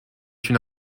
une